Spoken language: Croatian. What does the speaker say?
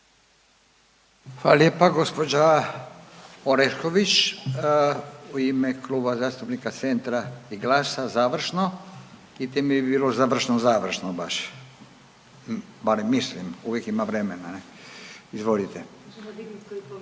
Hvala lijepa. Gospođa Orešković u ime Kluba zastupnika Centra i GLAS-a završno i time bi bilo završno, završno baš. Barem mislim, uvijek ima vremena. Izvolite.